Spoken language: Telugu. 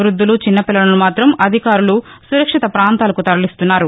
వృద్దులు చిన్నపిల్లలను మాత్రం అధికారులు సురక్షిత ప్రాంతాలకు తరలించారు